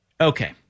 Okay